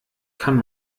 kann